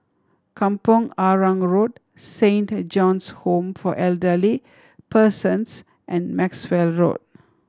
Kampong Arang Road Saint John's Home for Elderly Persons and Maxwell Road